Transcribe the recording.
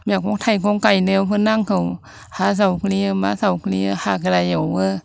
मैगं थाइगं गायनायावबो नांगौ हा जावफ्लेयो मा जावफ्लेयो हाग्रा एवो